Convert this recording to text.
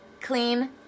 clean